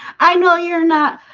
i know you're not.